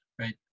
right